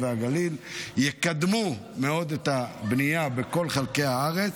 והגליל יקדמו מאוד את הבנייה בכל חלקי הארץ,